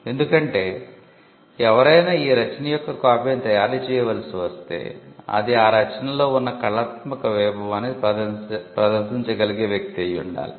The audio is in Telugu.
ఎందుకంటే ఎవరైనా ఈ రచన యొక్క కాపీని తయారు చేయవలసి వస్తే అది ఆ రచనలలో ఉన్న కళాత్మక వైభవాన్ని ప్రదర్శించగలిగే వ్యక్తి అయి ఉండాలి